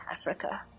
Africa